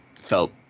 felt